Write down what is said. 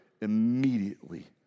immediately